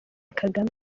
kagame